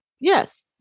yes